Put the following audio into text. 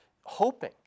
hoping